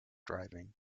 driving